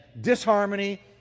disharmony